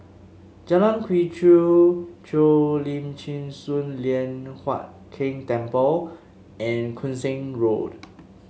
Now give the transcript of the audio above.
Jalan Quee Chew Cheo Lim Chin Sun Lian Hup Keng Temple and Koon Seng Road